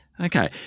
Okay